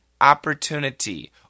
opportunity